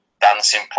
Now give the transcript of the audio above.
dancing